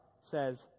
says